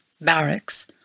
barracks